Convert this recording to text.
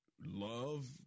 love